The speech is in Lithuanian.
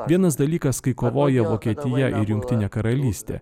vienas dalykas kai kovojo vokietijoje ar jungtinę karalystę